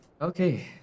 Okay